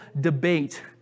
debate